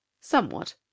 Somewhat